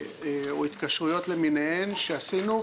או התקשרויות למיניהן שעשינו,